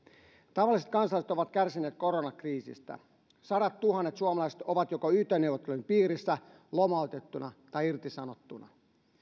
tavalliset kansalaiset ovat kärsineet koronakriisistä sadattuhannet suomalaiset ovat joko yt neuvottelujen piirissä lomautettuna tai irtisanottuna